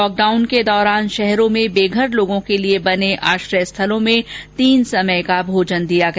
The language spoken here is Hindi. लॉकडाउन के दौरान शहरों में बेघर लोगों के लिए बने आश्रयस्थलों में तीनों समय का भोजन दिया गया